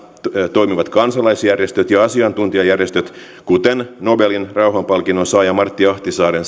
toimivat kansalaisjärjestöt ja asiantuntijajärjestöt kuten nobelin rauhanpalkinnon saajan martti ahtisaaren